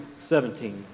17